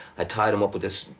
i tied them up with this,